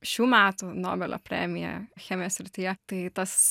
šių metų nobelio premiją chemijos srityje tai tas